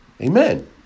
Amen